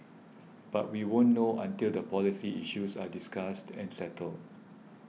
but we won't know until the policy issues are discussed and settled